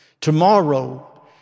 Tomorrow